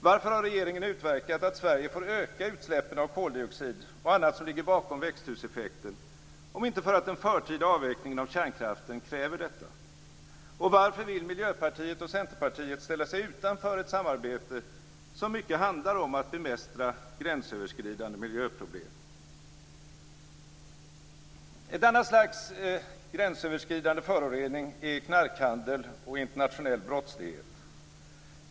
Varför har regeringen utverkat att Sverige får öka utsläppen av koldioxid och annat som ligger bakom växthuseffekten, om inte för att den förtida avvecklingen av kärnkraften kräver detta? Och varför vill Miljöpartiet och Vänsterpartiet ställa sig utanför ett samarbete som mycket handlar om att bemästra gränsöverskridande miljöproblem? Ett annat slags gränsöverskridande förorening är knarkhandel och internationell brottslighet.